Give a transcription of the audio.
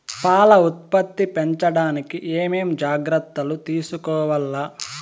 పాల ఉత్పత్తి పెంచడానికి ఏమేం జాగ్రత్తలు తీసుకోవల్ల?